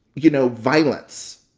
you know, violence.